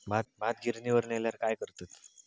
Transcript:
भात गिर्निवर नेल्यार काय करतत?